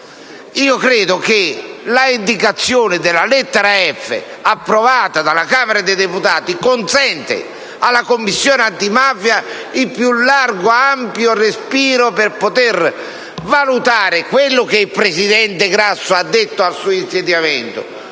Credo che l'indicazione della lettera *f*), approvata dalla Camera dei deputati, consenta alla Commissione antimafia il più largo ed ampio respiro per poter valutare quanto evidenziato dal presidente Grasso al momento del suo insediamento: